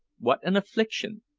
what an affliction!